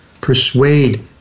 persuade